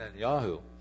Netanyahu